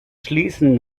schließen